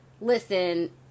listen